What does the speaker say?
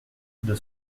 deux